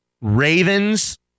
Ravens